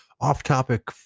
off-topic